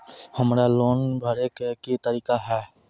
हमरा लोन भरे के की तरीका है?